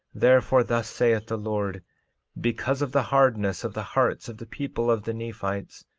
therefore, thus saith the lord because of the hardness of the hearts of the people of the nephites,